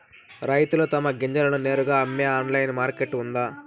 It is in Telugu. రైతులు తమ గింజలను నేరుగా అమ్మే ఆన్లైన్ మార్కెట్ ఉందా?